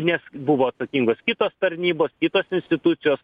nes buvo atsakingos kitos tarnybos kitos institucijos